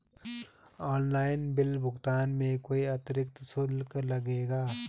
Online bill भुगतान में कोई अतिरिक्त शुल्क लगेगा?